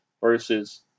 versus